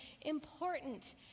important